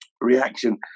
reaction